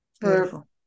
Beautiful